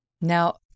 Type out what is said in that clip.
Now